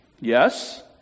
Yes